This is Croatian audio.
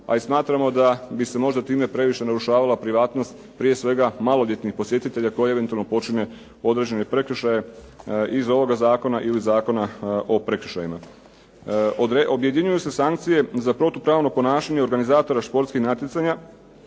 pa i smatramo da bi se možda time previše narušavala privatnost, prije svega maloljetnih posjetitelja koji eventualno počine određene prekršaje iz ovoga zakona ili Zakona o prekršajima. Objedinjuju se sankcije za protupravno ponašanje organizatora športskih natjecanja,